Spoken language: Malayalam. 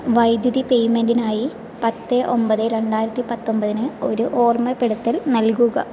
വൈദ്യുതി പേയ്മെൻറ്റിനായി പത്ത് ഒൻപത് രണ്ടായിരത്തി പത്തൊൻപതിന് ഒരു ഓർമ്മപ്പെടുത്തൽ നൽകുക